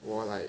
我 like